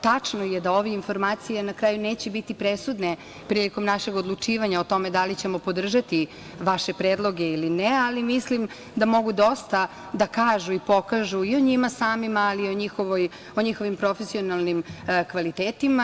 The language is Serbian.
Tačno je da ove informacije na kraju neće biti presudne prilikom našeg odlučivanja o tome da li ćemo podržati vaše predloge ili ne, ali mislim da mogu dosta da kažu i pokažu i o njima samima, ali i o njihovim profesionalnim kvalitetima.